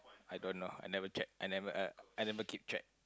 I don't know I never check I never uh I never keep track